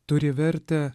turi vertę